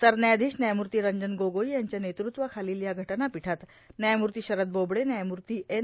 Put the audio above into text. सरन्यायाधीश न्यायमूर्ती रंजन गोगोई यांच्या नेतृत्वाखालच्या या घटनापीठात व्यायमूर्ती शरद बोबडे व्यायमूर्ती एन